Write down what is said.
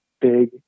big